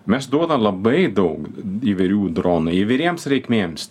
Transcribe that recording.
mes duodam labai daug įvairių dronų įvairiems reikmėms